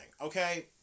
okay